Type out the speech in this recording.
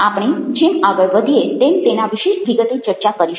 આપણે જેમ આગળ વધીએ તેમ તેના વિશે વિગતે ચર્ચા કરીશું